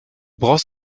brauchst